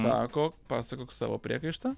sako pasakok savo priekaištą